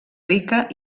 rica